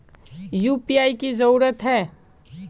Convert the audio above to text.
UPI की जरूरी है?